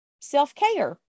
self-care